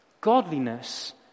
godliness